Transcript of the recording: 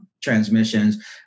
transmissions